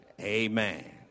Amen